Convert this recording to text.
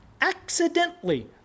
accidentally